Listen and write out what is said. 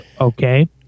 okay